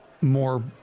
more